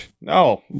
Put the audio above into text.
No